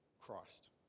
Christ